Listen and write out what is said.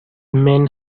main